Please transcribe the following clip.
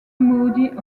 moody